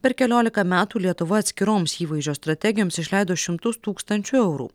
per keliolika metų lietuva atskiroms įvaizdžio strategijoms išleido šimtus tūkstančių eurų